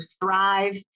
thrive